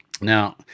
Now